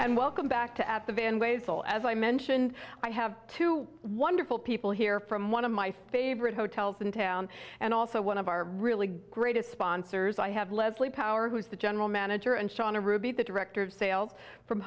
well as i mentioned i have two wonderful people here from one of my favorite hotels in town and also one of our really greatest sponsors i have leslie power who's the general manager and shawna ruby the director of sales from